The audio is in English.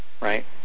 right